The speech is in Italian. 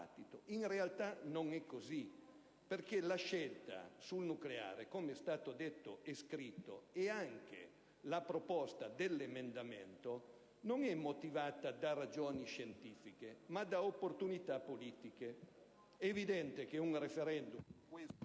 In realtà, non è così, perché la scelta sul nucleare, come è stato detto e scritto, come pure la presentazione dell'emendamento 5.800, non sono motivate da ragioni scientifiche, ma da opportunità politiche. È evidente che un *referendum* in queste